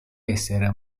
essere